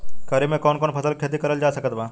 खरीफ मे कौन कौन फसल के खेती करल जा सकत बा?